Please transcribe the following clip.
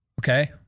Okay